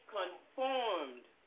conformed